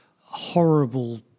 horrible